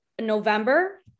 November